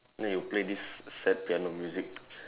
and then you play this sad piano music